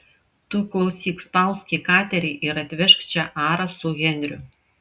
tu klausyk spausk į katerį ir atvežk čia arą su henriu